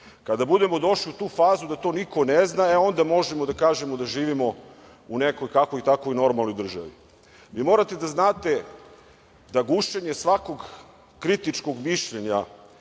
Kada budemo došli u tu fazu da to niko ne zna, e onda možemo da kažemo da živimo u nekoj kakvoj, takvoj normalnoj državi. Vi morate da znate da gušenje svakog kritičkog mišljenja